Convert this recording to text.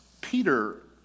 Peter